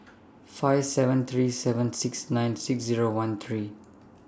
five seven three seven six nine six Zero one three